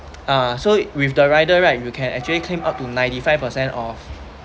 ah so with the rider right you can actually claim up to ninety five percent of